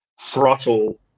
throttle